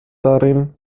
darin